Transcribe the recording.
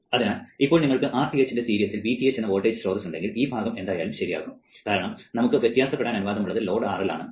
അതിനാൽ ഇപ്പോൾ നിങ്ങൾക്ക് Rth ന്റെ സിരിസിൽ Vth എന്ന വോൾട്ടേജ് സ്രോതസ്സ് ഉണ്ടെങ്കിൽ ഈ ഭാഗം എന്തായാലും ശരിയാക്കും കാരണം നമുക്ക് വ്യത്യാസപ്പെടാൻ അനുവാദമുള്ളത് ലോഡ് RL ആണ്